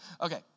Okay